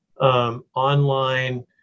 online